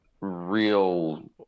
real